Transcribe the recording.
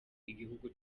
igihugu